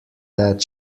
that